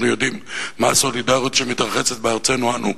יודעים מה הסולידריות שמתרחשת בארצנו אנו.